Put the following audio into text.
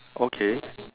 okay